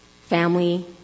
Family